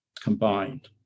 combined